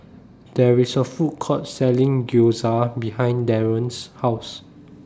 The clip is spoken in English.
There IS A Food Court Selling Gyoza behind Daron's House